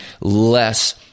less